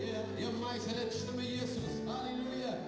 yeah yeah